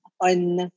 on